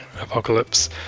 apocalypse